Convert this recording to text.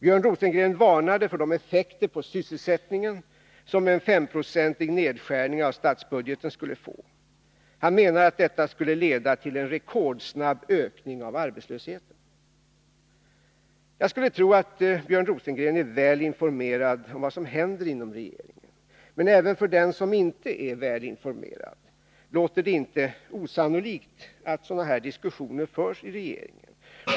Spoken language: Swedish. Björn Rosengren varnade för de effekter på sysselsättningen, som en S5-procentig nedskärning av statsbudgeten skulle kunna få. Han menade att detta skulle kunna leda till en rekordsnabb ökning av arbetslösheten. Jag skulle tro att Björn Rosengren är väl informerad om vad som händer inom regeringen. Men även för den som inte är det, låter det inte osannolikt att sådana här diskussioner förs i regeringen.